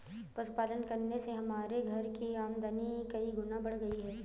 पशुपालन करने से हमारे घर की आमदनी कई गुना बढ़ गई है